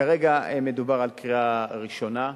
כרגע מדובר על קריאה ראשונה,